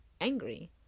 angry